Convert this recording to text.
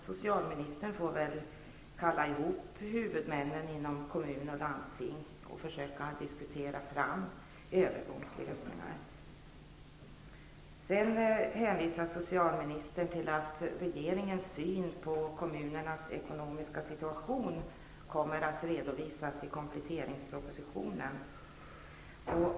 Socialministern får kalla ihop huvudmännen inom kommuner och landsting och försöka diskutera fram övergångslösningar. Sedan hänvisar socialministern till att regeringens syn på kommunernas ekonomiska situation kommer att redovisas i kompletteringspropositionen.